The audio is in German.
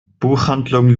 buchhandlung